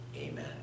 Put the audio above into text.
amen